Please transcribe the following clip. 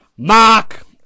Mark